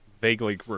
vaguely